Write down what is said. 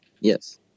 Yes